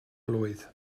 blwydd